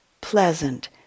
pleasant